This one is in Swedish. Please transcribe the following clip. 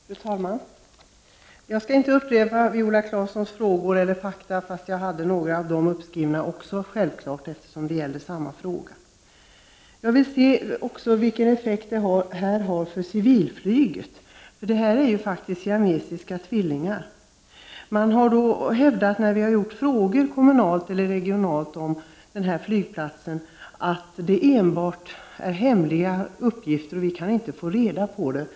Fru talman! Jag skall inte upprepa några av Viola Claessons frågor eller de fakta hon anförde, även om det är självklart att jag hade tänkt ta upp några av dem, eftersom de berör samma ämne. Jag också vill se på vilka effekter detta har för civilflyget. När vi har framställt frågor kommunalt och regionalt om den här flygplatsen, har man hävdat att det rör sig enbart om hemliga uppgifter och därför kan vi inte får reda på hur det blir.